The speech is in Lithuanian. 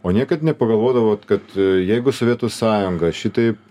o niekad nepagalvodavot kad jeigu sovietų sąjunga šitaip